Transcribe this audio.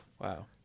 Wow